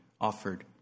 offered